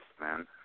man